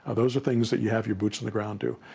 ah those are things that you have your boots on the ground do.